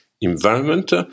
environment